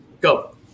Go